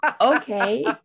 Okay